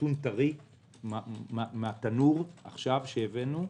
נתון טרי מהתנור שהבאנו עכשיו.